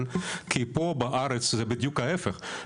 ביקשתם להציג מצגת, אף אחד פה לא הציג מצגת.